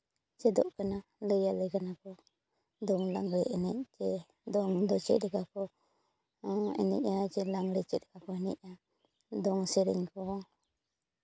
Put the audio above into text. ᱪᱮᱫᱚᱜ ᱠᱟᱱᱟ ᱞᱟᱹᱭ ᱟᱞᱮ ᱠᱟᱱᱟ ᱠᱚ ᱫᱚᱝ ᱞᱟᱜᱽᱬᱮ ᱮᱱᱮᱡ ᱥᱮ ᱫᱚᱝ ᱫᱚ ᱪᱮᱫ ᱞᱮᱠᱟ ᱠᱚ ᱮᱱᱮᱡᱼᱟ ᱥᱮ ᱞᱟᱜᱽᱬᱮ ᱪᱮᱫ ᱞᱮᱠᱟ ᱠᱚ ᱮᱱᱮᱡᱜᱼᱟ ᱫᱚᱝ ᱥᱮᱨᱮᱧ ᱠᱚ